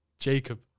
Jacob